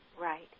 Right